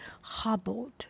hobbled